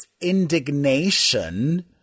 indignation